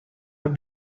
have